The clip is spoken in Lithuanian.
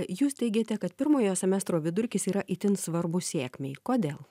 jūs teigiate kad pirmojo semestro vidurkis yra itin svarbus sėkmei kodėl